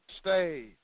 Stay